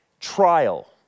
trial